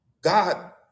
God